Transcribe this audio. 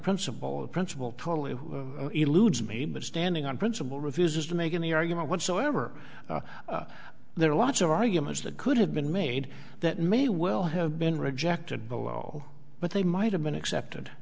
principle of principle totally eludes me but standing on principle refuses to make any argument whatsoever there are lots of arguments that could have been made that may well have been rejected but well but they might have been accepted